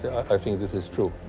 i think this is true.